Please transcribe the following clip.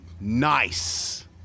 Nice